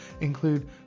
include